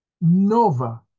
nova